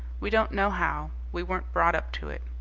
we don't know how. we weren't brought up to it.